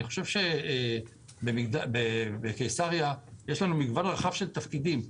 אני חושב שבקיסריה יש לנו מגוון רחב של תפקידים.